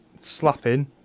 slapping